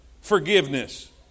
forgiveness